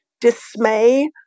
dismay